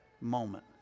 moment